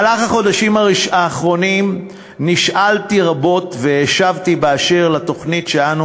בחודשים האחרונים נשאלתי רבות והשבתי בדבר התוכנית שאנו